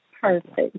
Perfect